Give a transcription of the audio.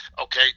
okay